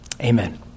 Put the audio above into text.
Amen